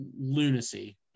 lunacy